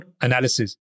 analysis